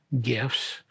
gifts